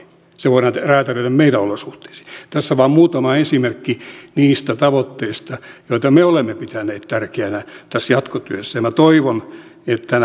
se voidaan räätälöidä meidän olosuhteisiin tässä vain muutama esimerkki niistä tavoitteista joita me olemme pitäneet tärkeänä tässä jatkotyössä ja minä toivon että